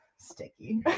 sticky